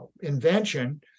invention